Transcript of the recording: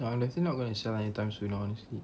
ya I better not gonna sell anytime soon ah honestly